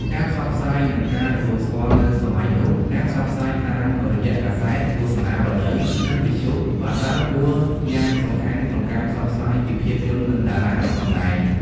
ការផ្សព្វផ្សាយនិងការទទួលស្គាល់ នៅសម័យនោះ ការផ្សព្វផ្សាយតាមរយៈកាសែត ទស្សនាវដ្ដី និងវិទ្យុបានដើរតួយ៉ាងសំខាន់ក្នុងការផ្សព្វផ្សាយពីភាពយន្តនិងតារាសម្តែង។